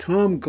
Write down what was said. Tom